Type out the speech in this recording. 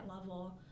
level